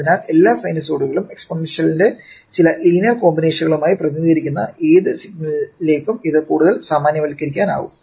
അതിനാൽ എല്ലാ സൈനസോയ്ഡലുകളും എക്സ്പോണൻഷ്യലിന്റെ ചില ലീനിയർ കോമ്പിനേഷനായി പ്രതിനിധീകരിക്കുന്ന ഏത് സിഗ്നലുകളിലേക്കും ഇത് കൂടുതൽ സാമാന്യവൽക്കരിക്കാനാകും